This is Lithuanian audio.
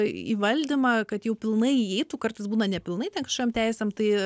į valdymą kad jau pilnai įeitų kartais būna nepilnai ten kažkokiom teisėm tai